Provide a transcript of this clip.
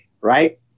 right